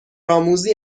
آموزی